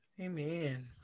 amen